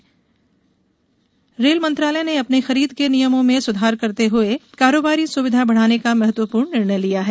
rail vendor rail मंत्रालय ने अपने खरीद के नियमों में सुधार करते हुए कारोबारी सुविधा बढ़ाने का महत्वपूर्ण निर्णय लिया है